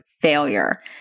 failure